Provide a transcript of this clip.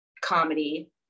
comedy